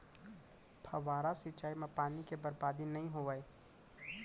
फवारा सिंचई म पानी के बरबादी नइ होवय